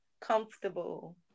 comfortable